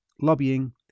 lobbying